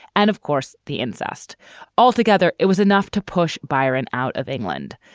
and, of course, the incest altogether. it was enough to push byron out of england.